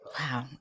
Wow